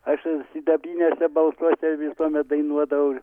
aš ir sidabriniuose balsuose visuomet dainuodavau